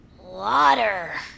water